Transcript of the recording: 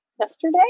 yesterday